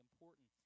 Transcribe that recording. important